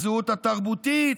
הזהות התרבותית.